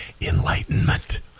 Enlightenment